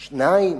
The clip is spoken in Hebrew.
שניים,